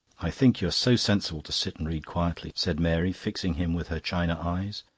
i think you are so sensible to sit and read quietly, said mary, fixing him with her china eyes.